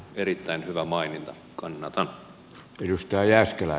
erittäin hyvä maininta kannatan